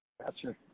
Gotcha